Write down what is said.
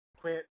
quit